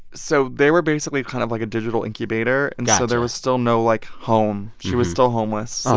so they were basically kind of like a digital incubator, and so there was still no, like, home. she was still homeless.